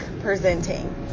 presenting